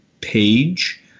page